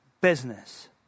business